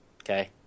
Okay